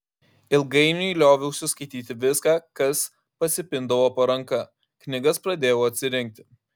ilgainiui lioviausi skaityti viską kas pasipindavo po ranka knygas pradėjau atsirinkti